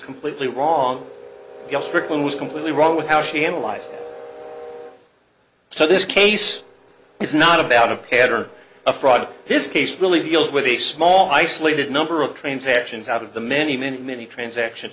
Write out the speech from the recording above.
completely wrong yet strickland was completely wrong with how she analyzed so this case is not about a pattern of fraud this case really deals with a small isolated number of transactions out of the many many many transactions